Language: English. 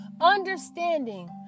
Understanding